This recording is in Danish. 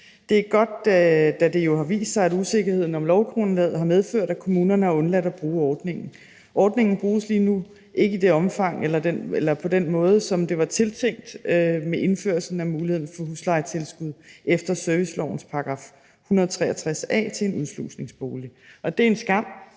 Det er godt, da det jo har vist sig, at usikkerheden om lovgrundlaget har medført, at kommunerne har undladt at bruge ordningen. Ordningen bruges lige nu ikke på den måde, som det var tiltænkt med indførelsen af muligheden for huslejetilskud efter servicelovens § 163 a til en udslusningsbolig. Det er en skam,